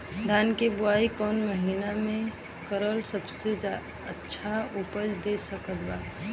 धान के बुआई कौन महीना मे करल सबसे अच्छा उपज दे सकत बा?